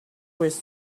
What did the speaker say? with